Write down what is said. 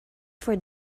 for